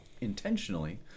intentionally